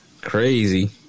Crazy